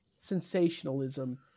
sensationalism